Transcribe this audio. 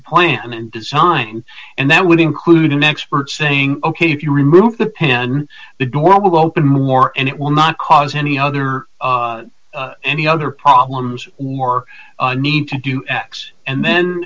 plan and design and that would include an expert saying ok if you remove the pin the door will open more and it will not cause any other any other problems or need to do x and then